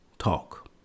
talk